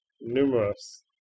Numerous